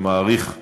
אני מעריך,